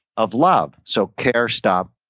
of love. so care, stop,